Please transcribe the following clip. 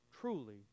Truly